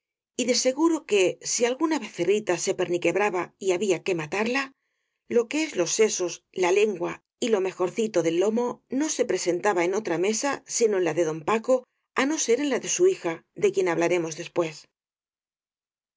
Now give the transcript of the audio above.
y de seguro que si alguna becerrita se per niquebraba y había que matarla lo que es los se sos la lengua y lo mejorcito del lomo no se pre sentaba en otra mesa sino en la de don paco á no ser en la de su hija de quien hablaremos después